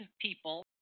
people